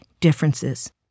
differences